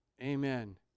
Amen